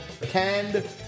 canned